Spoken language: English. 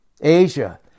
Asia